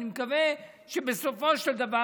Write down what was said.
אני מקווה שבסופו של דבר,